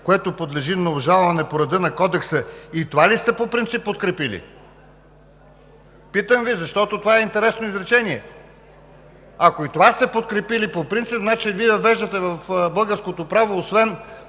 което подлежи на обжалване по реда на Кодекса.“ И това ли по принцип сте подкрепили? Питам Ви, защото това е интересно изречение. Ако и това сте подкрепили по принцип, значи Вие въвеждате в българското право освен